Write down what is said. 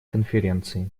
конференции